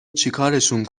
چیکارشون